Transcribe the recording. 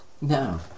No